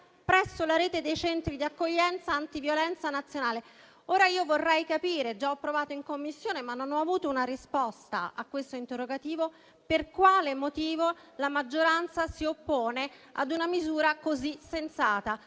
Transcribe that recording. presso la rete dei centri di accoglienza antiviolenza nazionale. Ora io vorrei capire - già ci ho provato in Commissione, ma non ho avuto una risposta - per quale motivo la maggioranza si oppone a una misura così sensata,